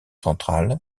central